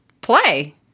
play